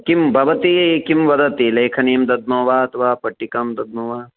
किं भवती किं वदति लेखनीं दद्मो वा अथवा पट्टिकां दद्मः वा